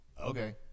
Okay